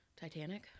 Titanic